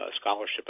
scholarship